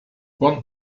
want